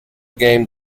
game